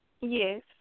Yes